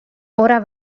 ora